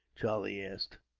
charlie asked.